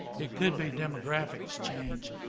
it could be demographics change.